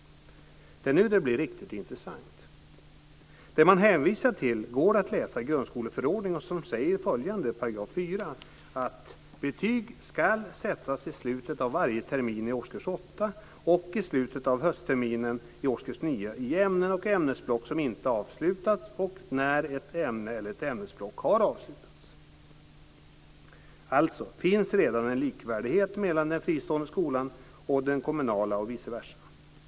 Det är nu det blir riktigt intressant. Det man hänvisar till går att läsa i grundskoleförordningen, där det står följande i § 4: Betyg ska sättas i slutet av varje termin i årskurs 8 och i slutet av höstterminen i årskurs 9 i ämnen och ämnesblock som inte avslutats och när ett ämne eller ett ämnesblock har avslutats. Alltså finns det redan en likvärdighet mellan den fristående skolan och den kommunala.